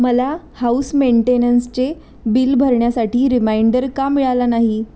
मला हाउस मेंटेनन्सचे बिल भरण्यासाठी रिमाइंडर का मिळाला नाही